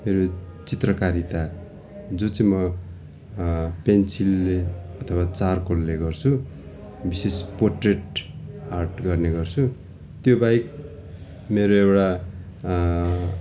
मेरो चित्रकारिता जो चाहिँ म पेन्सिलले अथवा चारकोलले गर्छु विशेष पोट्रेट आर्ट गर्ने गर्छु त्यो बाहेक मेरो एउटा